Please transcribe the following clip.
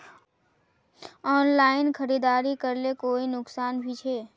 Online खरीदारी करले कोई नुकसान भी छे?